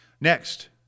Next